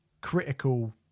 critical